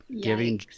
Giving